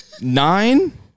nine